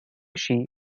shi